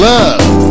Love